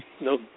no